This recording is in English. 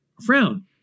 frown